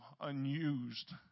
unused